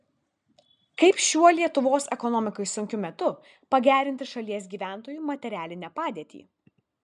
kaip šiuo lietuvos ekonomikai sunkiu metu pagerinti šalies gyventojų materialinę padėtį